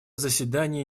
заседание